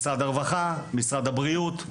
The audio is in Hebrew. משרד הרווחה, משרד הבריאות,